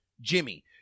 Jimmy